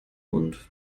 und